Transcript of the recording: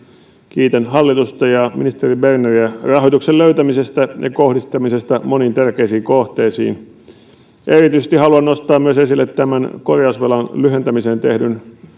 kiitän hallitusta ja ministeri berneriä rahoituksen löytämisestä ja kohdistamisesta moniin tärkeisiin kohteisiin erityisesti haluan nostaa esille myös tämän korjausvelan lyhentämiseen tehdyn